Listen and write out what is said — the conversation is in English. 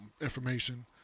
information